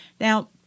Now